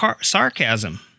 sarcasm